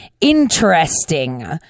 interesting